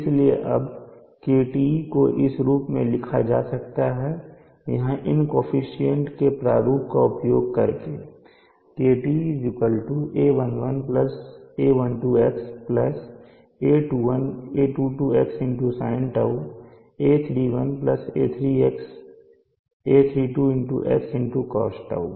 इसलिए अब KTe को इस रूप में लिखा जा सकता है यहाँ इन कोअफिशन्ट के प्रारूप का उपयोग करके KTe a11 a12 x a21 a22 x sinτ a31 a32 x cosτ